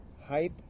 hype